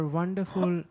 wonderful